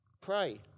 Pray